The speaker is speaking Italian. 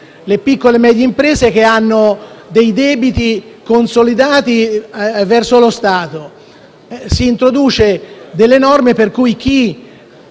le piccole e medie imprese che hanno debiti consolidati verso lo Stato. Si introducono norme per cui chi